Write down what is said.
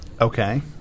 Okay